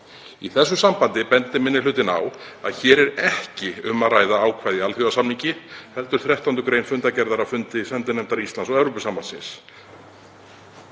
Í þessu sambandi bendir minni hlutinn á að hér er ekki um að ræða „ákvæði í alþjóðasamningi“ heldur 13. gr. fundargerðar af fundi sendinefnda Íslands og Evrópusambandsins